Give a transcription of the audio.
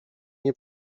nie